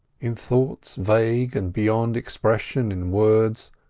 in thoughts vague and beyond expression in words,